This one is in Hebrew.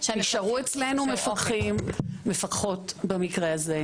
נשארו אצלנו מפקחים מפקחות במקרה הזה,